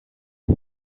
آیا